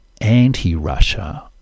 anti-russia